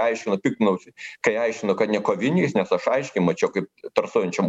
aiškino piktinausi kai aiškino kad ne koviniais nes aš aiškiai mačiau kaip trasuojančiom